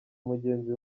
mugenzi